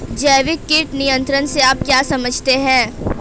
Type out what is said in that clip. जैविक कीट नियंत्रण से आप क्या समझते हैं?